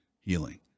healing